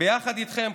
יחד איתכם,